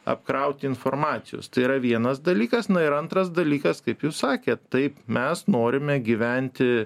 apkrauti informacijos tai yra vienas dalykas na ir antras dalykas kaip jūs sakėt taip mes norime gyventi